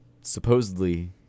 supposedly